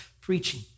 preaching